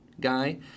guy